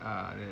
ah then